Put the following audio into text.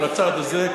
על הצעד הזה,